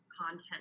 content